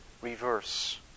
reverse